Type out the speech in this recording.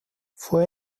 fue